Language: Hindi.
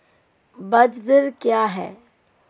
ब्याज दर क्या है?